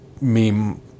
meme